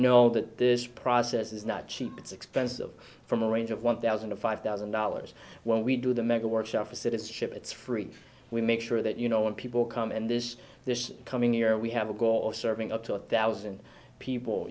know that this process is not cheap it's expensive from a range of one thousand to five thousand dollars when we do the mega workshop for citizenship it's free we make sure that you know when people come and this this coming year we have a goal of serving up to a thousand people